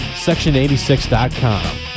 section86.com